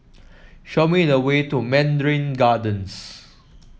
show me the way to Mandarin Gardens